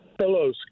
Hello